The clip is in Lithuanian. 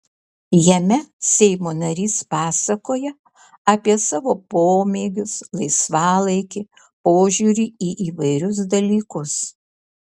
jame seimo narys pasakoja apie savo pomėgius laisvalaikį požiūrį į įvairius dalykus